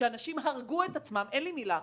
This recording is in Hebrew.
כשאנשים הרגו את עצמם, ואין לי מילה אחרת,